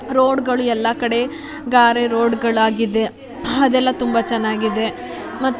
ರೋಡುಗಳು ಎಲ್ಲ ಕಡೆ ಗಾರೆ ರೋಡುಗಳಾಗಿದೆ ಅದೆಲ್ಲ ತುಂಬ ಚೆನ್ನಾಗಿದೆ ಮತ್ತು